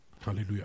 Hallelujah